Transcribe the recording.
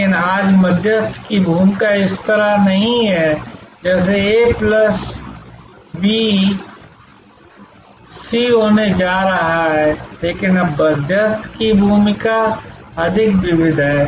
लेकिन आज मध्यस्थ की भूमिका इस तरह की नहीं हैजैसे ए प्लस बी सी होने जा रहा है लेकिन अब मध्यस्थ की भूमिका अधिक विविध है